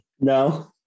No